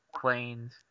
planes